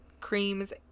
creams